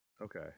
Okay